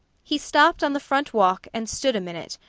he stopped on the front walk and stood a minute,